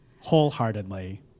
wholeheartedly